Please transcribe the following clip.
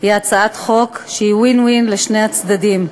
היא win-win, לשני הצדדים.